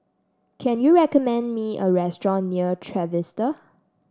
can you recommend me a restaurant near Trevista